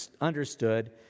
understood